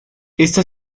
esta